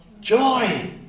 joy